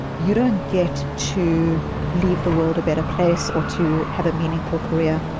you don't get to leave the world a better place or to have a meaningful career,